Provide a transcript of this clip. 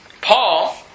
Paul